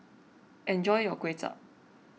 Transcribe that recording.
enjoy your Kway Chap